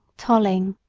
tolling.